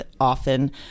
often